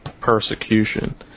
persecution